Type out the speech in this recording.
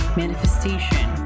manifestation